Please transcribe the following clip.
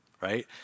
right